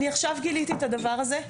אני עכשיו גיליתי את הדבר הזה,